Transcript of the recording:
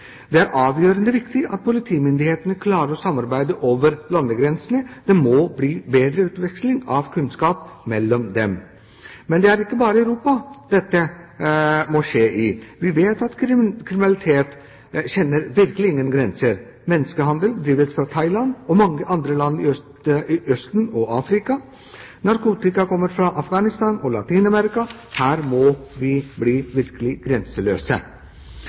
Det er avgjørende viktig at politimyndighetene klarer å samarbeide over landegrensene. Det må bli bedre utveksling av kunnskap mellom dem. Men det er ikke bare i Europa dette må skje. Vi vet at kriminalitet kjenner virkelig ingen grenser: Menneskehandel drives fra Thailand og mange andre land i Østen og Afrika, narkotika kommer fra Afghanistan og Latin-Amerika – her må vi bli virkelig grenseløse.